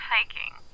Hiking